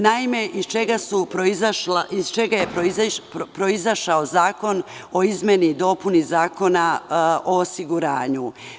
Naime, iz čega je proizašao zakon o izmeni i dopuni Zakona o osiguranju?